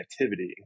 activity